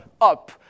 up